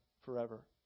forever